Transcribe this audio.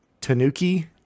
Tanuki